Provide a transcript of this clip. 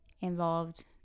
involved